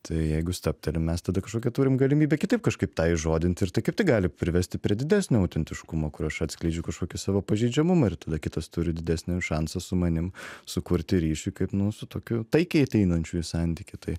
tai jeigu stabtelim mes tada kažkokią turim galimybę kitaip kažkaip tą įžodinti ir tai kaip tik gali privesti prie didesnio autentiškumo kur aš atskleidžiu kažkokį savo pažeidžiamumą ir tada kitas turi didesnį šansą su manim sukurti ryšį kaip nu su tokiu taikiai ateinančiu į santykį tai